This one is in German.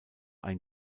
ein